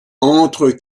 entre